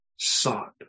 sought